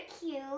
cute